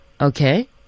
Okay